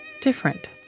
different